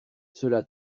cela